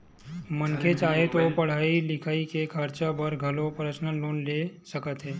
मनखे चाहे ता पड़हई लिखई के खरचा बर घलो परसनल लोन ले सकत हे